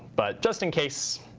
but just in case,